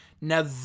Now